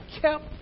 kept